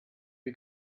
you